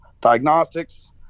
diagnostics